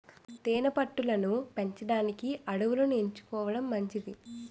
తేనె పట్టు లను పెంచడానికి అడవులను ఎంచుకోవడం మంచిది